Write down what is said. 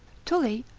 tully,